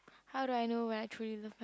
how do I know when I truly love my